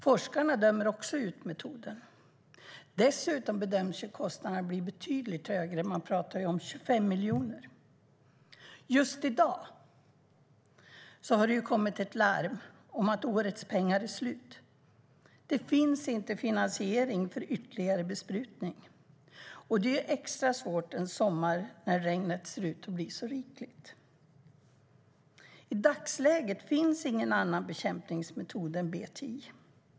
Forskarna dömer också ut metoden. Dessutom bedöms kostnaden bli betydligt högre. Det talas om 25 miljoner. Just i dag kom ett larm om att årets pengar är slut. Det finns inte finansiering för ytterligare besprutning. Det är extra svårt en sommar när regnet ser ut att bli rikligt. I dagsläget finns ingen annan bekämpningsmetod än BTI.